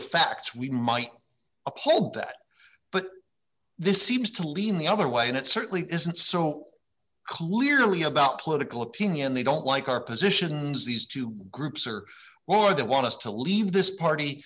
facts we might uphold that but this seems to lean the other way and it certainly isn't so clearly about political opinion they don't like our positions these two groups are or they want us to leave this party